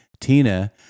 Tina